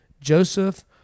Joseph